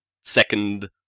second